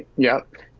yep.